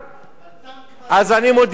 בטנק, אז אני מודיע לך: